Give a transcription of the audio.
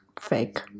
fake